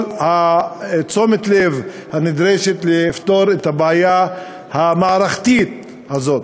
תשומת הלב הנדרשת לפתרון הבעיה המערכתית הזאת.